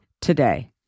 today